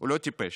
לא טיפש.